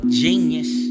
genius